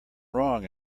wrong